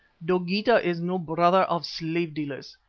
dogeetah is no brother of slave-dealers,